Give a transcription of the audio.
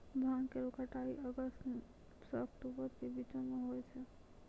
भांग केरो कटाई अगस्त सें अक्टूबर के बीचो म होय छै